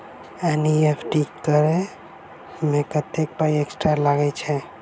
NEFT करऽ मे कत्तेक पाई एक्स्ट्रा लागई छई?